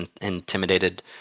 intimidated